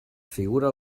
figura